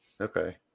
Okay